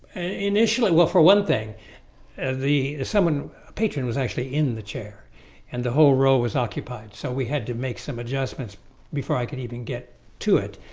initially well for one thing and the summon patron was actually in the chair and the whole row was occupied so we had to make some adjustments before i could even get to it